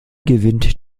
gewinnt